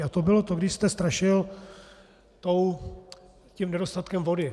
A to bylo to, když jste strašil tím nedostatkem vody.